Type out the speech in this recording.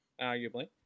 arguably